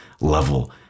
level